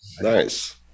Nice